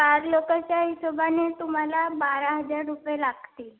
चार लोकाच्या हिशोबानी तुम्हाला बारा हजार रुपये लागतील